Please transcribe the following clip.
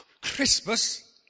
Christmas